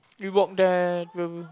we walk there we will